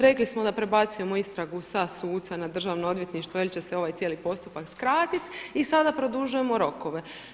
Rekli smo da prebacujemo istragu sa suca na Državno odvjetništvo jer će se ovaj cijeli postupak skratiti i sada produžujemo rokove.